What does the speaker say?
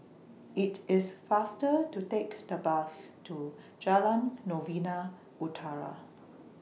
IT IS faster to Take The Bus to Jalan Novena Utara